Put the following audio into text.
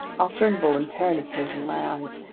after involuntarily closing my eyes,